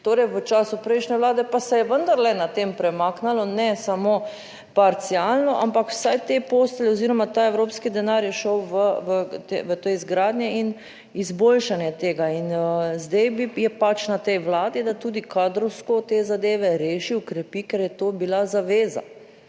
torej v času prejšnje vlade pa se je vendarle na tem premaknilo, ne samo parcialno, ampak vsaj te postelje oziroma ta evropski denar je šel. V te izgradnje in izboljšanje tega in zdaj je pač na tej vladi, da tudi kadrovsko te zadeve reši, okrepi, ker je to bila zaveza,